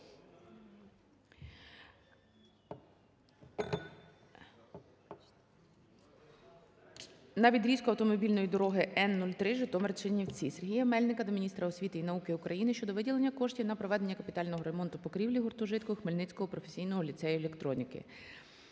на відрізку автомобільної дороги Н-03 Житомир - Чернівці. Сергія Мельника до міністра освіти і науки України щодо виділення коштів на проведення капітального ремонту покрівлі гуртожитку Хмельницького професійного ліцею електроніки.